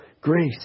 Grace